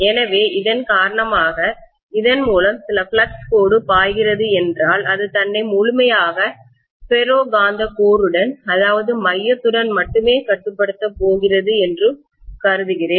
எனவே இதன் காரணமாக இதன் மூலம் சில ஃப்ளக்ஸ் கோடு பாய்கிறது என்றால் அது தன்னை முழுமையாக ஃபெரோ காந்த கோருடன் மையத்துடன் மட்டுமே கட்டுப்படுத்தப் போகிறது என்று கருதுகிறேன்